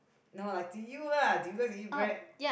no lah do you lah do you like to eat bread